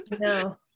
No